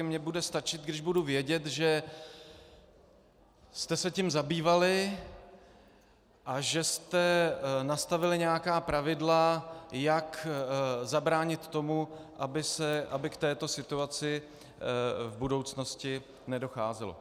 Mně bude stačit, když budu vědět, že jste se tím zabývali a že jste nastavili nějaká pravidla, jak zabránit tomu, aby k této situaci v budoucnosti nedocházelo.